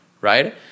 right